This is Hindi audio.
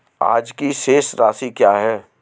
आज की शेष राशि क्या है?